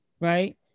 Right